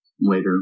Later